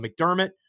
McDermott